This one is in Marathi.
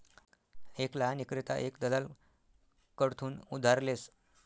एक लहान ईक्रेता एक दलाल कडथून उधार लेस